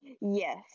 Yes